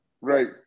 right